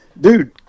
Dude